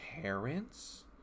parents